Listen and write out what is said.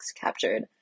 captured